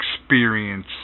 experience